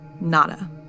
Nada